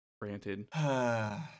Granted